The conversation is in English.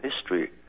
history